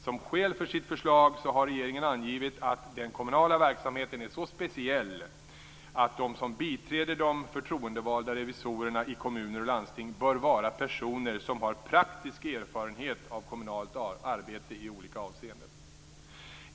Som skäl för sitt förslag har regeringen angivit att den kommunala verksamheten är så speciell att de som biträder de förtroendevalda revisorerna i kommuner och landsting bör vara personer som har praktisk erfarenhet av kommunalt arbete i olika avseenden.